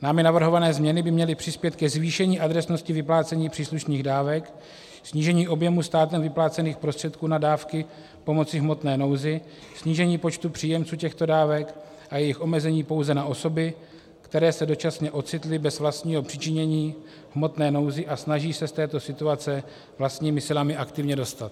Námi navrhované změny by měly přispět ke zvýšení adresnosti vyplácení příslušných dávek, snížení objemu státem vyplácených prostředků na dávky pomoci v hmotné nouzi, snížení počtu příjemců těchto dávek a jejich omezení pouze na osoby, které se dočasně ocitly bez vlastního přičinění v hmotné nouzi a snaží se z této situace vlastními silami aktivně dostat.